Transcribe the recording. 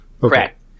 Correct